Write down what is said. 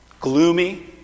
gloomy